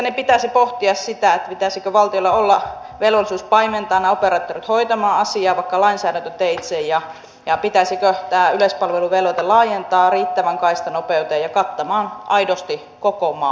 mielestäni pitäisi pohtia sitä pitäisikö valtiolla olla velvollisuus paimentaa nämä operaattorit hoitamaan asiaa vaikka lainsäädäntöteitse ja pitäisikö tämä yleispalveluvelvoite laajentaa riittävään kaistanopeuteen ja kattamaan aidosti koko maa